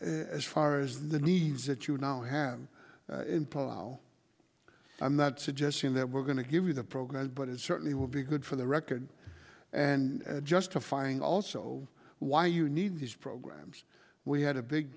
as far as the needs that you now have now i'm not suggesting that we're going to give you the programs but it certainly would be good for the record and justifying also why you need these programs we had a big